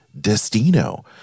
Destino